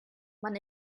man